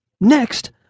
Next